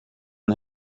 een